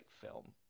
film